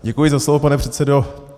Děkuji za slovo, pane předsedo.